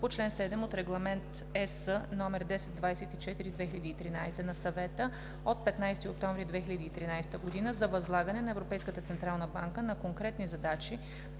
по чл. 7 от Регламент (ЕС) № 1024/2013 на Съвета от 15 октомври 2013 г. за възлагане на Европейската централна банка на конкретни задачи